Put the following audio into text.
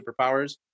superpowers